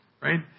right